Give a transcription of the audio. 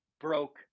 broke